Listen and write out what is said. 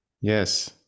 Yes